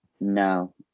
No